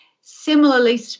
Similarly